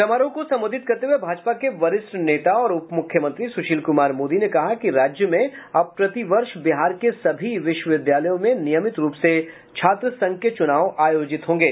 समारोह को संबोधित करते हुए भाजपा के वरिष्ठ नेता और उपमुख्यमंत्री सुशील कुमार मोदी ने कहा कि राज्य में अब प्रतिवर्ष बिहार के सभी विश्वविद्यालयों में नियमित रूप से छात्र संघ के चूनाव आयोजित होंगे